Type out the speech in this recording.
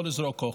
לא לזרוק אוכל.